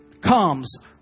comes